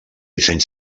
disseny